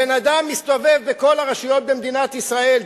הבן-אדם מסתובב בכל הרשויות במדינת ישראל,